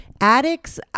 addicts